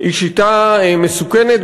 היא שיטה מסוכנת,